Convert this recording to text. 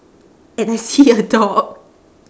and I see a dog